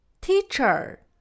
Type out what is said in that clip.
teacher